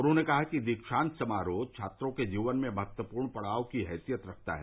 उन्होंने कहा कि दीक्षान्त समारोह छात्रों के जीवन में महत्वपूर्ण पड़ाव की हैसियत रखता है